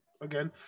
Again